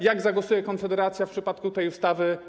Jak zagłosuje Konfederacja w przypadku tej ustawy?